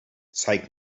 zeig